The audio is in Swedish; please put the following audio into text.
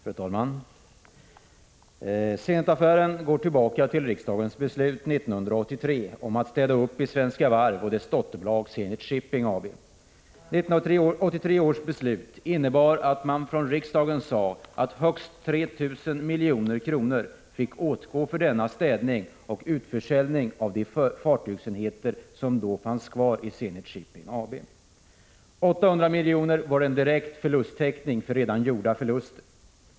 Fru talman! Zenitaffären går tillbaka till riksdagens beslut 1983 om att städa upp i Svenska Varv och dess dotterbolag Zenit Shipping AB. 1983 års beslut innebar att riksdagen sade att högst 3 000 milj.kr. fick åtgå för denna städning och utförsäljning av de fartygsenheter som då fanns kvar i Zenit Shipping AB. 800 miljoner var en direkt förlusttäckning för redan gjorda förluster.